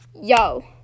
yo